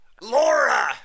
Laura